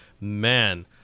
man